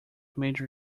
major